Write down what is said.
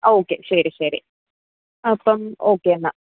ആ ഓക്കെ ശരി ശരി അപ്പം ഓക്കെയെന്നാൽ